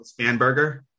Spanberger